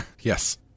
Yes